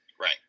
Right